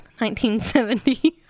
1970